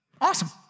Awesome